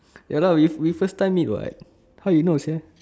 ya lah we we first time meet [what] how you know sia